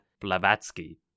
Blavatsky